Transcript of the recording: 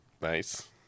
Nice